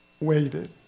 waited